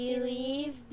Believe